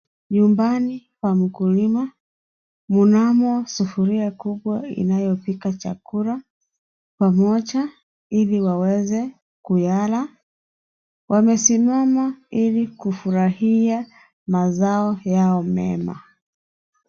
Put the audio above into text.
Nyumbani pa mkulima mnamo sufuria kubwa inayopika chakula pamoja ili waweze kuyala, wamesimama ili kufurahia mazao yao mema.